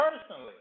personally